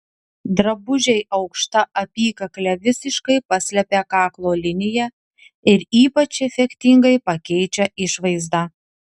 drabužiai aukšta apykakle visiškai paslepia kaklo liniją ir ypač efektingai pakeičia išvaizdą